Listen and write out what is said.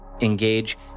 engage